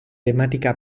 temática